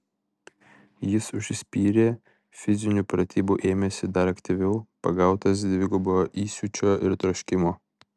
jis užsispyrė fizinių pratybų ėmėsi dar aktyviau pagautas dvigubo įsiūčio ir troškimo